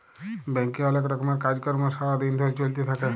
ব্যাংকে অলেক রকমের কাজ কর্ম সারা দিন ধরে চ্যলতে থাক্যে